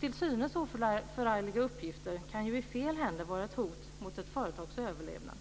Till synes oförargliga uppgifter kan ju i fel händer vara ett hot mot ett företags överlevnad,